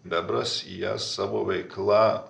bebras jie savo veikla